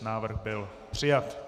Návrh byl přijat.